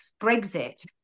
Brexit